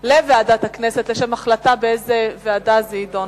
לוועדת הכנסת לשם החלטה באיזו ועדה הנושא יידון.